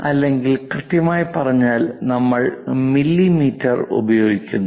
അല്ലെങ്കിൽ കൃത്യമായി പറഞ്ഞാൽ നമ്മൾ മില്ലിമീറ്റർ ഉപയോഗിക്കുന്നു